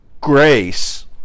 grace